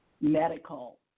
medical